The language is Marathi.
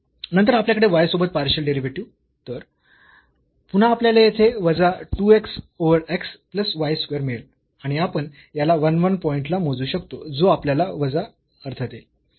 नंतर त्याचप्रकारे y सोबत पार्शियल डेरिव्हेटिव्ह तर पुन्हा आपल्याला येथे वजा 2 x over x plus y square मिळेल आणि आपण याला 1 1 पॉईंट ला मोजू शकतो जो आपल्याला वजा अर्धा देईल